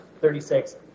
36